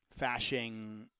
fashing